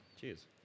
Cheers